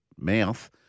mouth